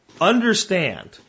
Understand